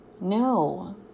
No